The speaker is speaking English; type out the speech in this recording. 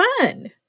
Fun